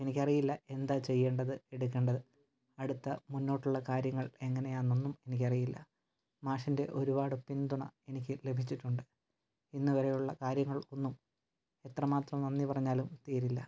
എനിക്കറിയില്ല എന്താ ചെയ്യേണ്ടത് എടുക്കേണ്ടത് അടുത്ത മുന്നോട്ടുള്ള കാര്യങ്ങൾ എങ്ങനെയാന്നൊന്നും എനിക്കറിയില്ല മാഷിൻ്റെ ഒരുപാട് പിന്തുണ എനിക്ക് ലഭിച്ചിട്ടുണ്ട് ഇന്ന് വരെയുള്ള കാര്യങ്ങൾ ഒന്നും എത്ര മാത്രം നന്ദി പറഞ്ഞാലും തീരില്ല